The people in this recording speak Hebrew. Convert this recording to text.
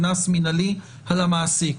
קנס מינהלי על המעסיק.